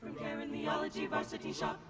um in the ology varsity shop,